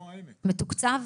מתוקצב?